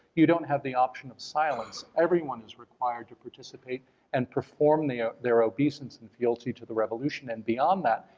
you don't have the option of silence. everyone is required to participate and perform ah their obedience and fealty to the revolution, and beyond that,